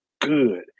good